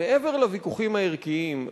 מעבר לוויכוחים הערכיים,